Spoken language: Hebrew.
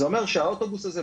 זה אומר שהאוטובוס הזה,